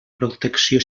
protecció